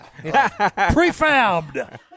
Prefabbed